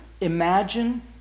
imagine